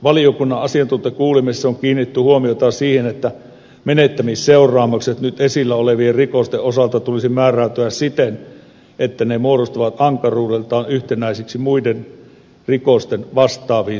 valiokunnan asiantuntijakuulemisessa on kiinnitetty huomiota siihen että menettämisseuraamusten nyt esillä olevien rikosten osalta tulisi määräytyä siten että ne muodostuvat ankaruudeltaan yhtenäisiksi muiden rikosten vastaaviin seuraamuksiin nähden